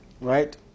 right